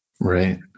Right